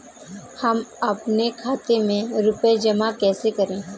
हम अपने खाते में रुपए जमा कैसे करें?